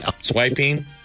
Swiping